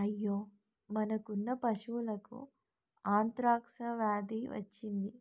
అయ్యో మనకున్న పశువులకు అంత్రాక్ష వ్యాధి వచ్చింది